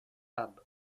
hub